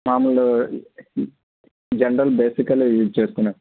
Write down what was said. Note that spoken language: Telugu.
మామూలు జనరల్ బైస్కిలు యూజ్ చేసుకునేది